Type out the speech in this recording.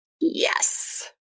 Yes